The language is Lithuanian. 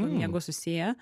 miegu susiję